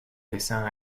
dessin